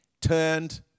turned